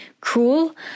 cruel